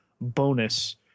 bonus